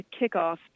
kickoff